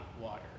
water